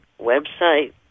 website